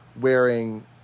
wearing